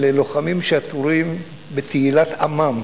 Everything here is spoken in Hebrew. אלה לוחמים שעטורים בתהילת עמם.